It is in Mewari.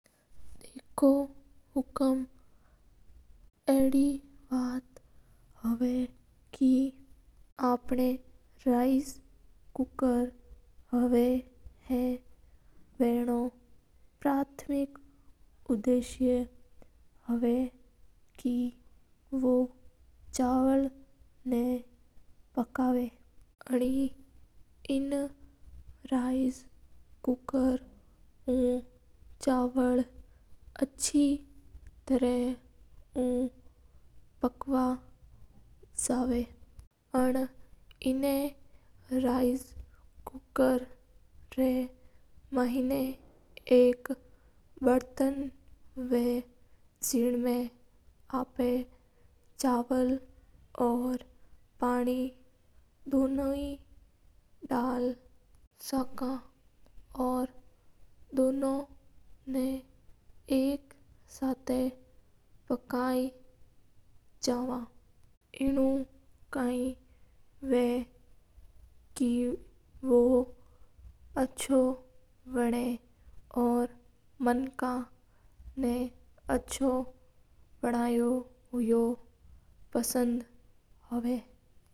देखो सा हुकूम अड़ी बात हवा हा का जाका अपना राईसे कुकर जावा हा बानो प्रमाटिक काम हवा हा बा चावल ना पकावा एना कुकर उ चावल अच्छी तारा उ पकवा जावा हा। एना कुकर मा अक बरतन हवा जका मा आपा चावल औऱ पानी दोई दाल साक एनु आपा डोना ना सा पकि सका औऱ एनु काय हवा का बा जळी पक्या करा हा।